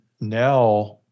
now